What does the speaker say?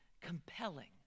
compelling